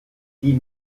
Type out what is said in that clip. die